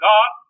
God